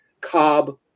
cob